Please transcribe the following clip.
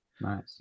Nice